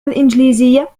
الإنجليزية